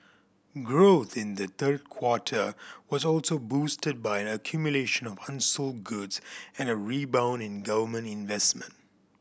growth in the third quarter was also boosted by an accumulation of unsold goods and a rebound in government investment